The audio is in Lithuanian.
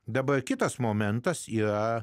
dabar kitas momentas yra